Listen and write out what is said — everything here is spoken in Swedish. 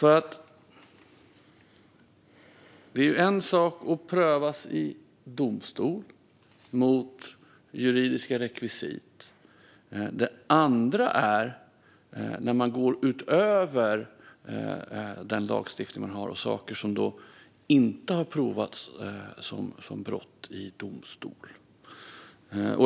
Det är ju en sak att en person prövas i domstol mot juridiska rekvisit. Det är en annan sak när man går bortom den lagstiftning som man har till saker som inte har prövats som brott i domstol.